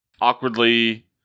awkwardly